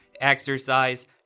exercise